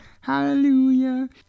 Hallelujah